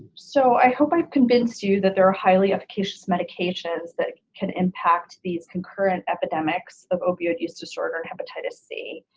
so i hope i've convinced you that there are highly efficacious medications that can impact these concurrent epidemics of opiate use disorder and hepatitis c.